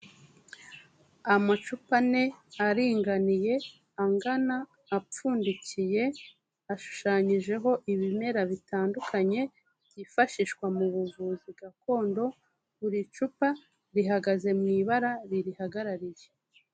Amacupa ane aringaniye angana, apfundikiye, ashushanyijeho ibimera bitandukanye byifashishwa mu buvuzi gakondo, buri cupa rihagaze mu ibara ririhagarariye.